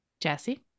Jesse